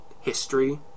history